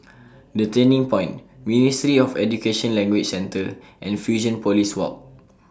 The Turning Point Ministry of Education Language Centre and Fusionopolis Walk